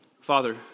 Father